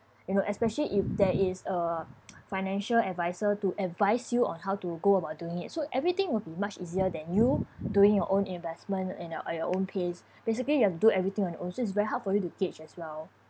you know especially if there is uh financial adviser to advise you on how to go about doing it so everything will be much easier than you doing your own investment in uh your own pace basically you have to do everything on your own so it's very hard for you to gauge as well